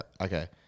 Okay